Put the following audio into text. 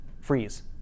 freeze